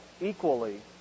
equally